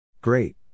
Great